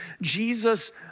Jesus